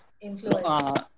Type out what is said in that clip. Influence